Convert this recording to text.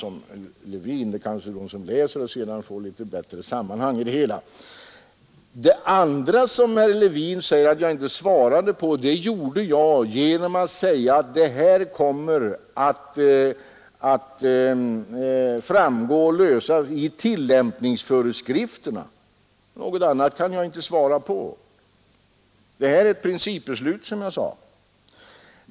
Det kan ju hända att man läser protokollet och sedan får ett bättre sammanhang. Herr Levin säger att jag inte svarade honom. Men det gjorde jag genom att säga att problemen kommer att lösas i tillämpningsföreskrifterna. Något annat kan jag inte svara. Detta är, som jag sade, ett principbeslut.